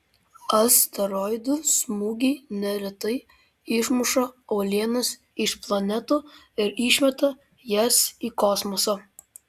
asteroidų smūgiai neretai išmuša uolienas iš planetų ir išmeta jas į kosmosą